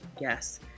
yes